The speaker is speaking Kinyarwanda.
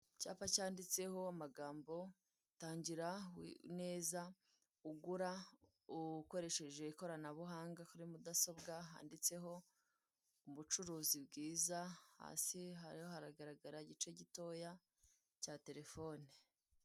Icyapa cyanditseho amagambo tangira neza ugura ukoresheje ikoranabuhanga kuri mudasobwa, handitseho ubucuruzi bwiza. Hasi hariho haragaragara igice gitoya cya telefone.